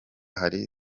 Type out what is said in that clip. hari